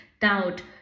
doubt